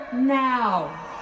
Now